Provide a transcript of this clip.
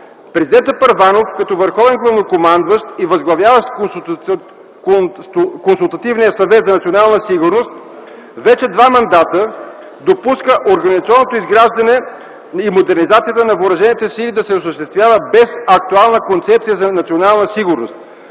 Президентът Първанов като върховен главнокомандващ и възглавяващ Консултативния съвет за национална сигурност вече два мандата допуска организационното изграждане и модернизацията на въоръжените сили да се осъществява без актуална концепция за национална сигурност,